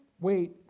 wait